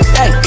Hey